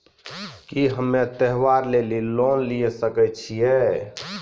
की हम्मय त्योहार लेली लोन लिये सकय छियै?